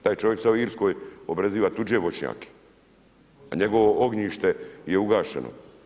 Taj čovjek sad u Irskoj obrezuje tuđe voćnjake, a njegovo ognjište je ugašeno.